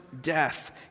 death